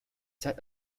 set